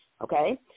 okay